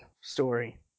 story